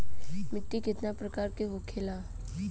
मिट्टी कितना प्रकार के होखेला?